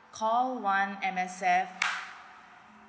call one M_S_F